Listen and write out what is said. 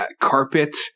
carpet